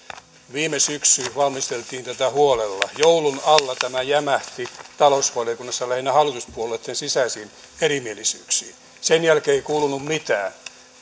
viime syksynä valmisteltiin tätä huolella joulun alla tämä jämähti talousvaliokunnassa lähinnä hallituspuolueitten sisäisiin erimielisyyksiin sen jälkeen ei kuulunut mitään